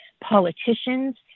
politicians